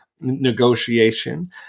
negotiation